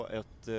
ett